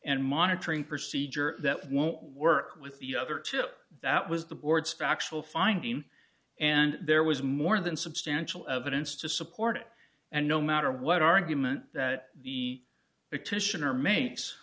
and monitoring procedure that won't work with the other chip that was the board's factual finding and there was more than substantial evidence to support it and no matter what argument that the it titian or makes